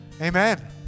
Amen